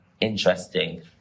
interesting